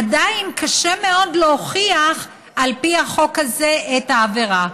עדיין קשה מאוד להוכיח על פי החוק הזה את העבירה.